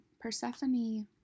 Persephone